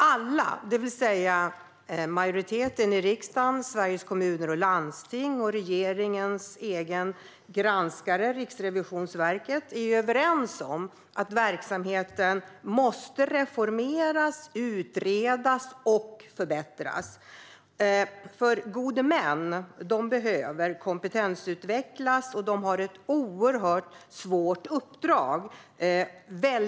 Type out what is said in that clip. Alla, det vill säga majoriteten i riksdagen, Sveriges Kommuner och Landsting och regeringens egen granskare Riksrevisionen är överens om att verksamheten måste utredas, reformeras och förbättras. Gode män behöver kompetensutvecklas, för de har ett svårt och omfattande uppdrag.